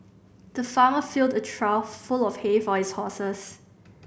the farmer filled a trough full of hay for his horses